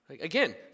Again